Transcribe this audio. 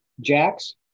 Jack's